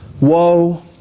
woe